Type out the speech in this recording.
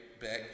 back